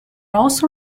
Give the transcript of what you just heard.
also